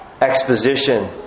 exposition